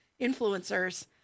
influencers